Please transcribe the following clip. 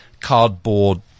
cardboard